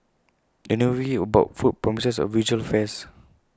the new movie about food promises A visual feast